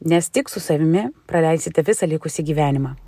nes tik su savimi praleisite visą likusį gyvenimą